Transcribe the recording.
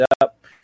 up